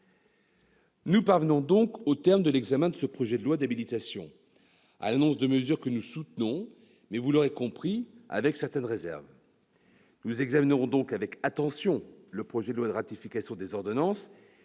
Nous parvenons, au terme de l'examen de ce projet de loi d'habilitation, à l'annonce de mesures que nous soutenons, mais, vous l'aurez compris, avec certaines réserves. Nous examinerons donc avec attention le projet de loi de ratification des ordonnances,